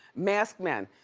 masked men,